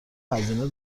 هزینه